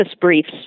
briefs